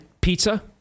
Pizza